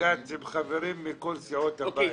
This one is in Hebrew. לבג"ץ עם חברים מכל סיעות הבית.